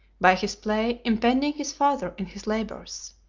by his play impeding his father in his labors.